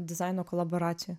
dizaino kolaboracija